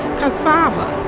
cassava